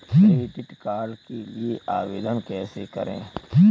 Credit card के लिए आवेदन कैसे करें?